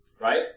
right